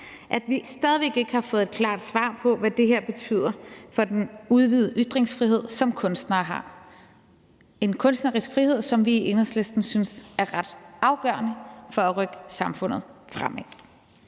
at vi stadig væk ikke har fået et klart svar på, hvad det her betyder for den udvidede ytringsfrihed, som kunstnere har – en kunstnerisk frihed, som vi i Enhedslisten synes er ret afgørende for at rykke samfundet fremad.